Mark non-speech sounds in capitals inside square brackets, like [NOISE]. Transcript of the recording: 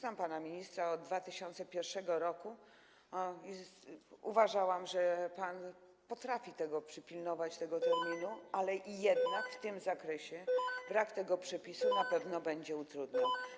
Znam pana ministra od 2001 r., uważałam, że pan potrafi przypilnować tego terminu, [NOISE] ale jednak w tym zakresie brak tego przepisu na pewno będzie to utrudniał.